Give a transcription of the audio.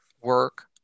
work